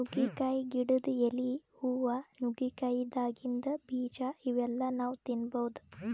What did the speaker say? ನುಗ್ಗಿಕಾಯಿ ಗಿಡದ್ ಎಲಿ, ಹೂವಾ, ನುಗ್ಗಿಕಾಯಿದಾಗಿಂದ್ ಬೀಜಾ ಇವೆಲ್ಲಾ ನಾವ್ ತಿನ್ಬಹುದ್